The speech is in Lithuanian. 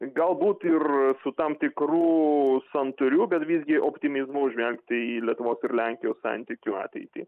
galbūt ir su tam tikru santūriu bet visgi optimizmu žvelgti į lietuvos ir lenkijos santykių ateitį